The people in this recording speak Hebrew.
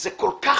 ולעתים זה כל כך